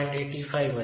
85 વચ્ચે હોય